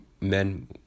Men